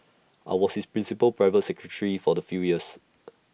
I was his principal private secretary for the few years